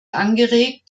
angeregt